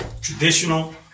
traditional